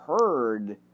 heard